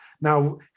now